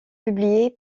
publié